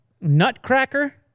nutcracker